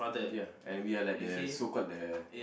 ya and we are like the so called the